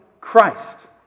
Christ